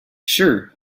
sure